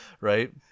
Right